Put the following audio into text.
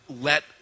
let